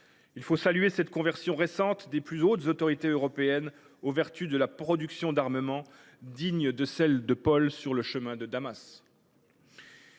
Il faut saluer cette conversion récente des plus hautes autorités européennes aux vertus de la production d’armement, digne de la conversion de Paul sur le chemin de Damas.